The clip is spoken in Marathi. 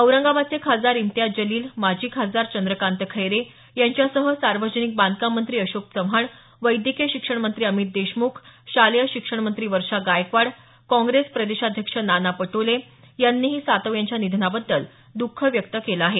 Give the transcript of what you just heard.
औरंगाबादचे खासदार इम्तियाज जलील माजी खासदार चंद्रकांत खैरे यांच्यासह सार्वजनिक बांधकाम मंत्री अशोक चव्हाण वैद्यकीय शिक्षण मंत्री अमित देशम्ख शालेय शिक्षणमंत्री वर्षा गायकवाड काँप्रेस प्रदेशाध्यक्ष नाना पटोले यांनीही सातव यांच्या निधनाबद्दल द्ख व्यक्त केलं आहे